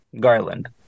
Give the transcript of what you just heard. garland